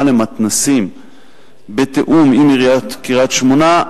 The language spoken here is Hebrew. למתנ"סים בתיאום עם עיריית קריית-שמונה,